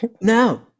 No